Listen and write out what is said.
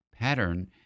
pattern